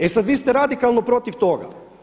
E sad, vi ste radikalno protiv toga.